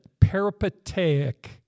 peripatetic